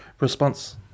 response